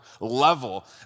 level